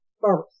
first